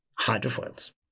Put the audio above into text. hydrofoils